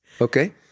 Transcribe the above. Okay